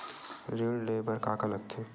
ऋण ले बर का का लगथे?